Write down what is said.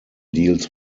deals